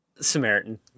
Samaritan